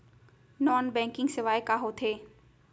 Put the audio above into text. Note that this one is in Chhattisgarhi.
नॉन बैंकिंग सेवाएं का होथे